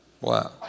Wow